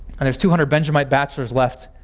and there's two hundred benjamite bachelors left.